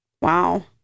Wow